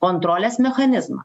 kontrolės mechanizmą